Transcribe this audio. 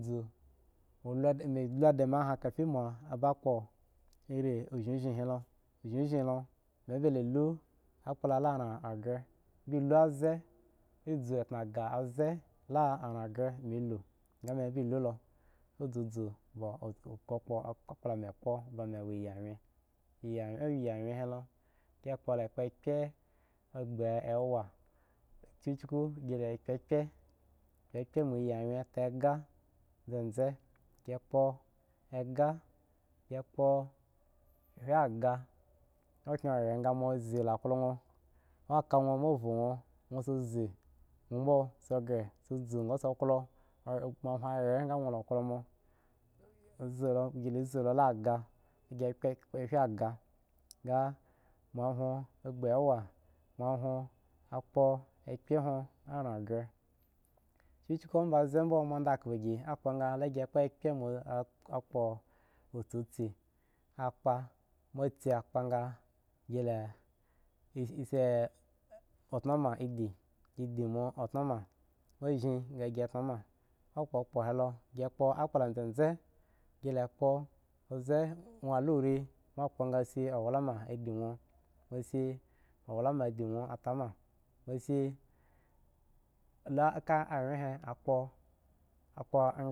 Bzuwu luda mi age kifa da mo oni ozshi he lomi be la lu akpla la ran gre be lu abze mi tanga abze la ran gre mi bi lulo ozu ozu be kpo alawgen iya yamyen he ho gi kpo le plo ama kuk gi la kpa aple gi ta aka mo nwgen gi la ta gya zenzen gi kpo a gya agya nwo gkw hur ga mo la klo hon mo ka hon mo vu nwo hon zo shi mo bmo su gre so wo ma luwo hire sa klo mo zsu lo a eshi a gah ga mo har kpoawea mo humo ko gi hw lo ran gre kuk ba dze bmo mo dakpo nigi kpo api a kpa sisi si a kpa ga su a tonomo shi mo azsgi gi toma akpo he lo kpo yakplo zenzen gi la kpo lo ri a re re ga shi alulu ma shi di nmo tama ga awyen a kpo kpo in.